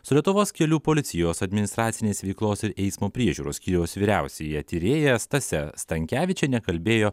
su lietuvos kelių policijos administracinės veiklos ir eismo priežiūros skyriaus vyriausiąja tyrėja stase stankevičiene kalbėjo